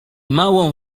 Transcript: małą